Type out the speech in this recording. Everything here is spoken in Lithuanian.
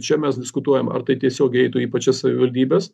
čia mes diskutuojam ar tai tiesiogiai eitų į pačias savivaldybes